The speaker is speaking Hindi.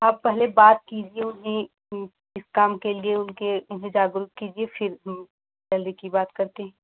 आप पहले बात कीजिए उन्हें इस काम के लिए उनके उन्हें जागरूक कीजिए फिर सैलरी की बात करते हैं